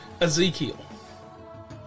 Ezekiel